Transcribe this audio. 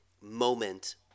moment